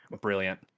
Brilliant